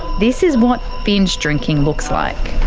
this is what binge drinking looks like.